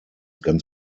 ganz